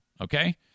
Okay